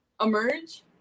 Emerge